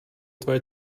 tvé